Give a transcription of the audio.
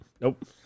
Nope